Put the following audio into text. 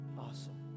awesome